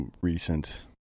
recent